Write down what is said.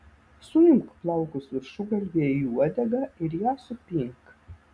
suimk plaukus viršugalvyje į uodegą ir ją supink